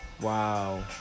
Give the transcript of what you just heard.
Wow